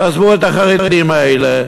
תעזבו את החרדים האלה,